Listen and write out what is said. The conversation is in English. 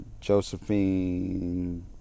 Josephine